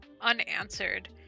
unanswered